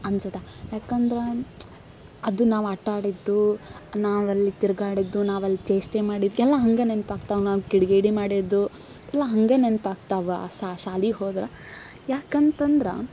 ಅನ್ಸುತ್ತೆ ಯಾಕಂದ್ರೆ ಅದು ನಾವು ಆಟ ಆಡಿದ್ದು ನಾವಲ್ಲಿ ತಿರುಗಾಡಿದ್ದು ನಾವಲ್ಲಿ ಚೇಷ್ಟೆ ಮಾಡಿದ್ದು ಎಲ್ಲ ಹಾಗೆ ನೆನಪು ಆಗ್ತವೆ ನಾವು ಕಿಡಿಗೇಡಿ ಮಾಡಿದ್ದು ಎಲ್ಲ ಹಾಗೆ ನೆನ್ಪು ಆಗ್ತವೆ ಸಹ ಶಾಲೆಗೆ ಹೋದ್ರೆ ಯಾಕಂತಂದ್ರೆ